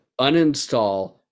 uninstall